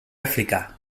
àfrica